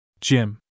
Jim